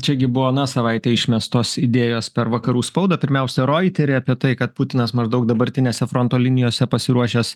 čia gi buvo aną savaitę išmestos idėjos per vakarų spaudą pirmiausia roitery apie tai kad putinas maždaug dabartinėse fronto linijose pasiruošęs